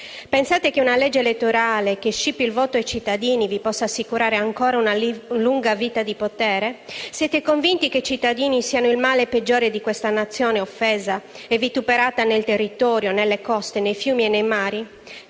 Pensate che una legge elettorale che scippi il voto ai cittadini possa assicurarvi ancora una lunga vita di potere? Siete convinti che i cittadini siano il male peggiore di questa Nazione, offesa e vituperata nel territorio, nelle coste, nei fiumi e nei mari?